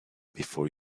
before